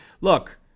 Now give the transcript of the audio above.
look